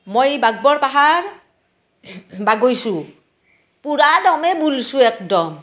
মই বাগবৰ পাহাৰ বগাইছোঁ পুৰা দমে বুলছু একদম